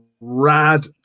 rad